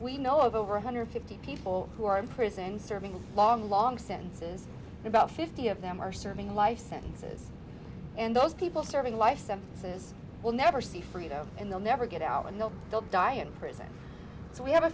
we know of over one hundred fifty people who are in prison serving long long sentences about fifty of them are serving life sentences and those people serving life sentences will never see fredo and they'll never get out and they'll still die in prison so we have a